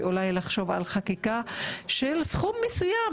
ואולי לחשוב על חקיקה של סכום מסוים.